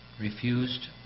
Refused